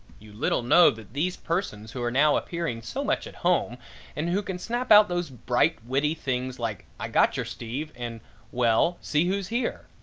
you little know that these persons who are now appearing so much at home and who can snap out those bright, witty things like i gotcher steve, and well, see who's here?